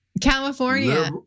California